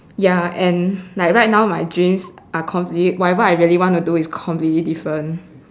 ya and like right now my dreams are completely whatever I really want to do is completely different